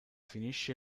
finisce